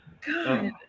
God